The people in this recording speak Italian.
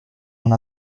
una